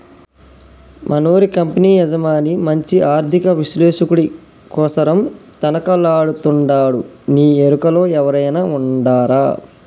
మనూరి కంపెనీ యజమాని మంచి ఆర్థిక విశ్లేషకుడి కోసరం తనకలాడతండాడునీ ఎరుకలో ఎవురైనా ఉండారా